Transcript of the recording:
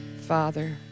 Father